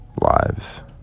lives